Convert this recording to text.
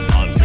on